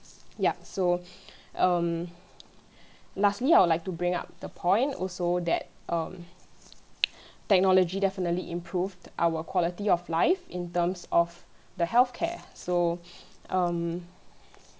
ya so um lastly I would like to bring up the point also that um technology definitely improve our quality of life in terms of the healthcare so um